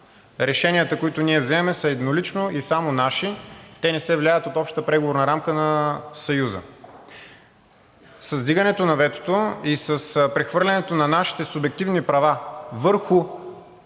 Решенията, които ние взимаме, са еднолично и само наши, те не се влияят от общата преговорна рамка на Съюза. С вдигането на ветото и с прехвърлянето на нашите субективни права върху